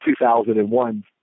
2001